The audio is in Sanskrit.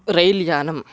रैल् यानं